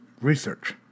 research